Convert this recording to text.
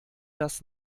das